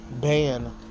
ban